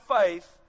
faith